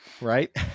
right